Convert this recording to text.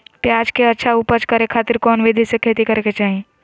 प्याज के अच्छा उपज करे खातिर कौन विधि से खेती करे के चाही?